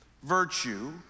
Virtue